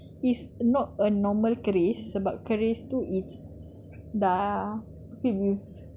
because the keris is not a normal keris sebab keris tu is